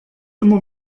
immer